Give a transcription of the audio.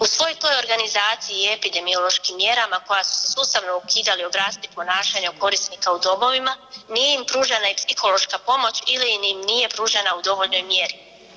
U svoj toj organizaciji i epidemiološkim mjerama koja su se sustavno … [[ne razumije se]] obrasci ponašanja korisnika u domovima nije im pružena psihološka pomoć ili im nije pružena u dovoljnoj mjeri.